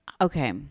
Okay